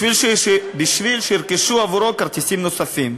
בשביל שירכשו עבורו כרטיסים נוספים.